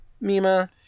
Mima